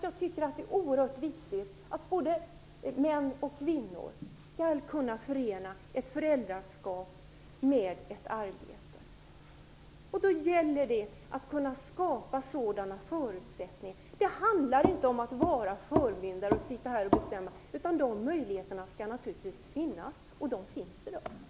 Jag tycker att det är oerhört viktigt att både män och kvinnor skall kunna förena ett föräldraskap med ett arbete. Då gäller det att kunna skapa förutsättningar för det. Det handlar inte om att vara förmyndare och bestämma, utan de möjligheterna skall naturligtvis finnas, och de finns i dag.